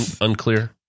unclear